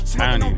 man